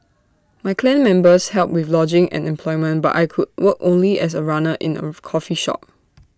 my clan members helped with lodging and employment but I could work only as A runner in A coffee shop